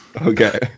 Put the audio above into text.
Okay